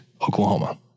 Oklahoma